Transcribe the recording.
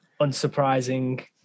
Unsurprising